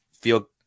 feel